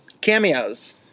cameos